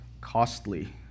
costly